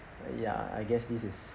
ya I guess this is